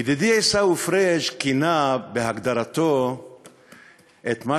ידידי עיסאווי פריג' כינה בהגדרתו את מה